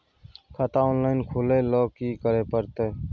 खाता ऑनलाइन खुले ल की करे परतै?